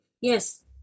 yes